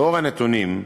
לאור הנתונים,